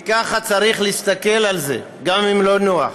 וככה צריך להסתכל על זה, גם אם זה לא נוח.